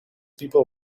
people